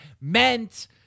meant